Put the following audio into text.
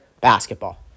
basketball